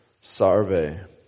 sarve